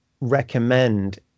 recommend